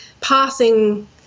passing